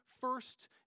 first